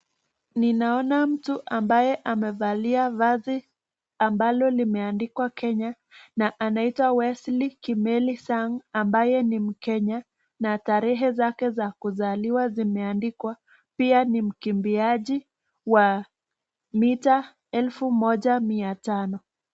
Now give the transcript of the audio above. Ninaona mtu ambaye amevalia vazi ambalo limeandikwa Kenya na anaitwa Wesley Kimeli Sang ambaye ni mkenya na tarehe zake za kuzaliwa zimeandikwa. Pia ni mkimbiaji wa mita 1500.